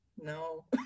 no